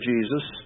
Jesus